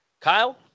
Kyle